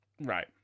Right